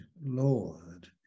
Lord